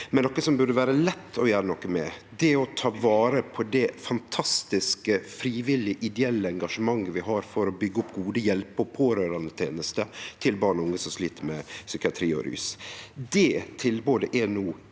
som burde vere lett å gjere noko med, er å ta vare på det fantastiske frivillige og ideelle engasjementet vi har for å byggje opp gode hjelpe- og pårørandetenester til barn og unge som slit med psykiatri og rus. Det tilbodet er no